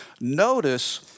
Notice